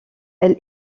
elle